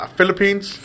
Philippines